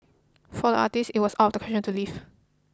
for the artist it was out of the question to leave